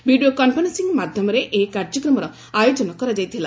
video conferencing ମାଧ୍ୟମରେ ଏହି କାର୍ଯ୍ୟକ୍ରମର ଆୟୋଜନ କରାଯାଇଥିଲା